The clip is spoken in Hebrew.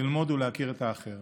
ללמוד ולהכיר את האחר.